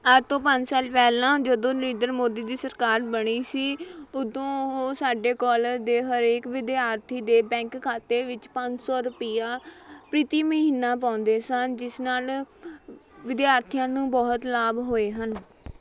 ਅੱਜ ਤੋਂ ਪੰਜ ਸਾਲ ਪਹਿਲਾਂ ਜਦੋਂ ਨਰਿੰਦਰ ਮੋਦੀ ਦੀ ਸਰਕਾਰ ਬਣੀ ਸੀ ਉਦੋਂ ਉਹ ਸਾਡੇ ਕੋਲਜ ਦੇ ਹਰੇਕ ਵਿਦਿਆਰਥੀ ਦੇ ਬੈਂਕ ਖਾਤੇ ਵਿੱਚ ਪੰਜ ਸੌ ਰੁਪਿਆ ਪ੍ਰਤੀ ਮਹੀਨਾ ਪਾਉਂਦੇ ਸਨ ਜਿਸ ਨਾਲ਼ ਵਿਦਿਆਰਥੀਆਂ ਨੂੰ ਬਹੁਤ ਲਾਭ ਹੋਏ ਹਨ